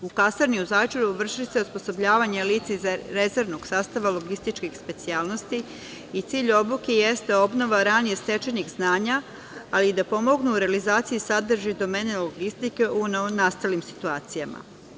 U kasarni u Zaječaru vrši se osposobljavanje lica iz rezervnog sastava logističkih specijalnosti i cilj obuke jeste obnova ranije stečenih znanja, ali i da pomognu u realizaciji sadržaja domena logistike u novonastalim situacijama.